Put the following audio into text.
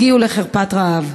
הגיעו לחרפת רעב.